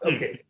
Okay